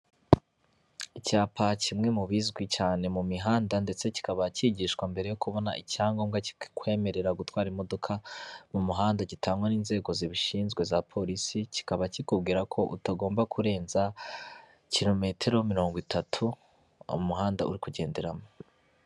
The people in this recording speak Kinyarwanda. Icyapa kimwe mu bizwi cyane mu mihanda ndetse kikaba cyigishwa mbere yo kubona icyangombwa kikwemerera gutwara imodoka mu muhanda gitangwa n'inzego zibishinzwe za polisi, kikaba kikubwira ko utagomba kurenza kirometero mirongo itatu umuhanda uri kugenderamo.